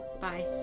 bye